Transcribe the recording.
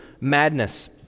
madness